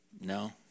No